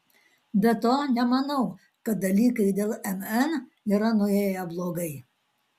be to nemanau kad dalykai dėl mn yra nuėję blogai